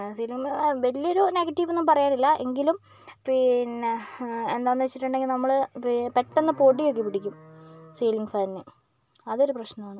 ceiling fan വലിയ ഒരു negative ഒന്നും പറയാനില്ല എങ്കിലും പിന്നേ എന്താണെന്ന് വെച്ചിട്ടുണ്ടെങ്കിൽ നമ്മൾ പെട്ടന്ന് പൊടിയൊക്കെ പിടിക്കും സീലിംഗ് ഫാനിന് അതൊരു പ്രശ്നമാണ്